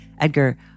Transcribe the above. Edgar